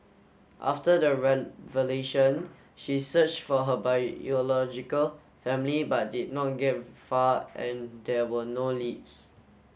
after the revelation she search for her biological family but did not get far and there were no leads